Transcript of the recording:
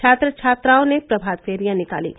छात्र छात्राओं ने प्रभातफेरियां निकालीं